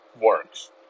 works